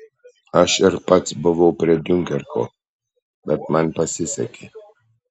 aš ir pats buvau prie diunkerko bet man pasisekė